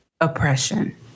oppression